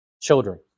children